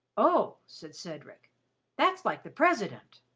oh! said cedric that's like the president.